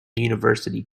university